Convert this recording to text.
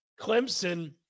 Clemson